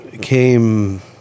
came